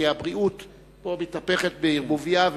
כי הבריאות פה מתהפכת בערבוביה,